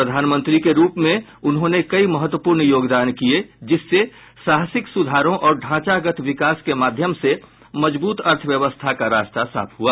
प्रधानमंत्री के रूप में उन्होंने कई महत्वपूर्ण योगदान किये जिससे साहसिक सुधारों और ढांचागत विकास के माध्यम से मजबूत अर्थव्यवस्था का रास्ता साफ हुआ